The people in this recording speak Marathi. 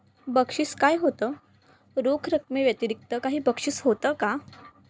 बक्षीस काय होतं रोख रकमेव्यतिरिक्त काही बक्षीस होतं का